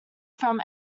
from